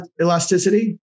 elasticity